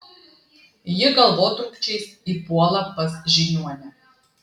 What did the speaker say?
ji galvotrūkčiais įpuola pas žiniuonę